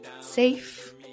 safe